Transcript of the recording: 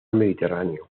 mediterráneo